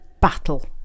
battle